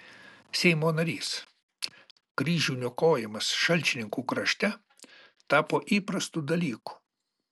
seimo narys kryžių niokojimas šalčininkų krašte tapo įprastu dalyku